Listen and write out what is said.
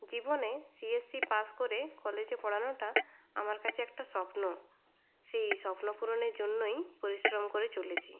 জীবনে C S C pass করে কলেজে পড়ানোটা আমার কাছে একটা স্বপ্ন সেই স্বপ্নপূরণের জন্যই পরিশ্রম করে চলেছি